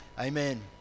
amen